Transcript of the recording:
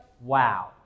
Wow